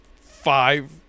five